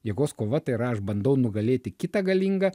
jėgos kova tai yra aš bandau nugalėti kitą galingą